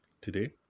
today